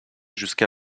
jusqu’à